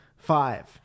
Five